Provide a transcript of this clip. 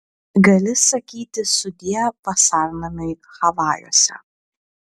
gali sakyti sudie vasarnamiui havajuose